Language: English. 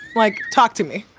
like, talk to me.